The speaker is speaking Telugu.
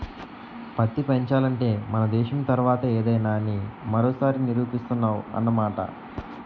పత్తి పెంచాలంటే మన దేశం తర్వాతే ఏదైనా అని మరోసారి నిరూపిస్తున్నావ్ అన్నమాట